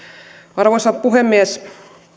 arvoisa puhemies